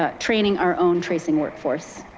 ah training our own tracing workforce.